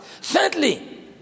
Thirdly